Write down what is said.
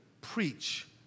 preach